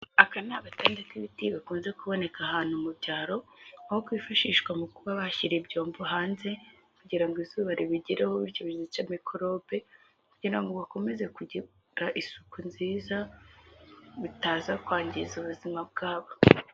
Aka ni agatanda k'ibiti gakunze kuboneka ahantu mu byaro nko kwifashishwa mu kuba bashyira ibyombo hanze kugira ngo izuba ribigereho bityo ryice mikorobe kugira ngo bakomeze kugira isuku nziza bitaza kwangiza ubuzima bwabo.